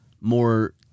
more